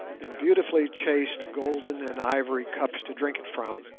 and beautifully chased golden and ivory cups to drink it from.